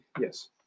Yes